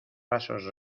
pasos